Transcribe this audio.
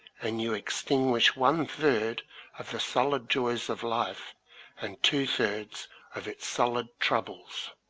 and you extin guish one third of the solid joys of life and two-thirds of its solid troubles.